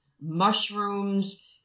mushrooms